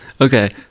Okay